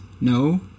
no